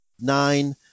nine